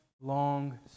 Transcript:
long